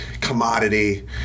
commodity